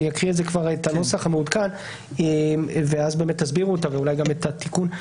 אני אקריא את הנוסח המעודכן ואז באמת תסבירו אותה ואולי גם את התיקון.